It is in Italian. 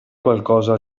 qualcosa